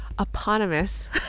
eponymous